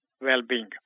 well-being